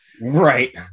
right